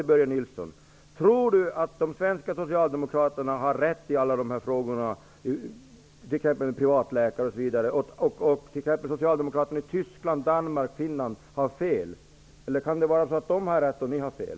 Börje Nilsson att de svenska socialdemokraterna har rätt i alla dessa frågor, exempelvis när det gäller privatläkare, och att socialdemokraterna i exempelvis Tyskland, Danmark och Finland har fel? Eller kan det var så att de har rätt och ni fel.